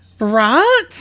Right